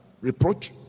reproach